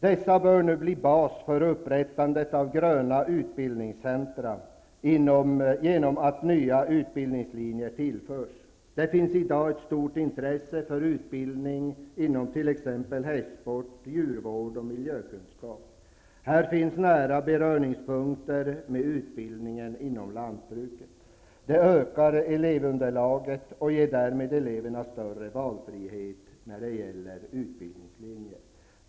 Dessa bör nu bli bas för upprättandet av gröna utbildningscentra genom att nya utbildningslinjer tillförs. Det finns i dag ett stort intresse för utbildning inom t.ex. hästsport, djurvård och miljökunskap. Här finns nära beröringspunkter med utbildningen inom lantbruket. Det ökar elevunderlaget och ger därmed eleverna större valfrihet när det gäller utbildningslinjer.